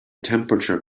temperature